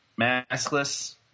maskless